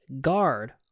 guard